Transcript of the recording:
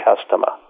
customer